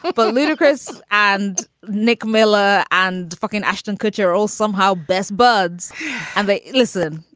but but ludicrus and nick miller and fucking ashton kutcher are all somehow best buds and they listen.